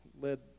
led